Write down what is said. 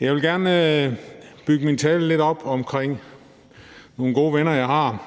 Jeg vil gerne bygge min tale lidt op omkring nogle gode venner, jeg har.